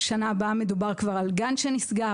בשנה הבאה מדובר כבר על גן שנסגר,